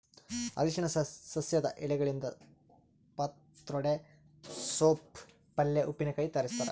ಅರಿಶಿನ ಸಸ್ಯದ ಎಲೆಗಳಿಂದ ಪತ್ರೊಡೆ ಸೋಪ್ ಪಲ್ಯೆ ಉಪ್ಪಿನಕಾಯಿ ತಯಾರಿಸ್ತಾರ